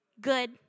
Good